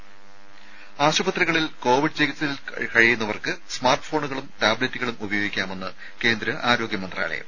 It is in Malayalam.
ത ആശുപത്രികളിൽ കോവിഡ് ചികിത്സയിൽ കഴിയുന്നവർക്ക് സ്മാർട്ട് ഫോണുകളും ടാബ് ലറ്റുകളും ഉപയോഗിക്കാമെന്ന് കേന്ദ്ര ആരോഗ്യ മന്ത്രാലയം